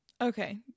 Okay